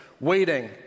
waiting